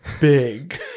big